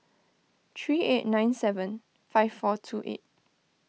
three eight nine seven five four two eight